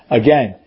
again